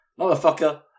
Motherfucker